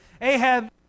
Ahab